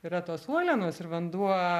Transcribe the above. yra tos uolienos ir vanduo